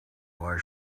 why